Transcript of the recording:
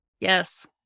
yes